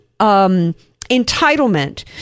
entitlement